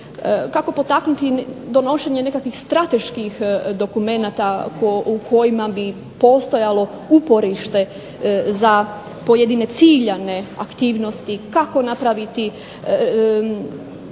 kako potaknuti donošenje nekakvih strateških dokumenata u kojima bi postojalo uporište za pojedine ciljane aktivnosti, kako napraviti